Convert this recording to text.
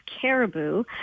caribou